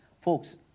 Folks